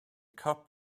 cup